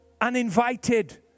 uninvited